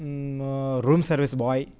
room service boy